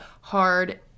hard